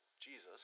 Jesus